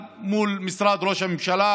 כאן, מול משרד ראש הממשלה.